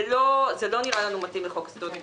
זה לא נראה לנו מתאים לחוק יסודות התקציב.